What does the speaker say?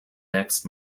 next